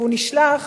והוא נשלח